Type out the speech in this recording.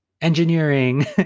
engineering